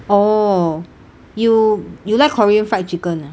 oh you you like korean fried chicken ah